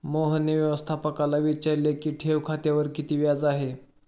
मोहनने व्यवस्थापकाला विचारले की ठेव खात्यावर किती व्याज आहे?